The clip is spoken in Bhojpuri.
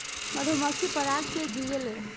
मधुमक्खी पराग से जियेले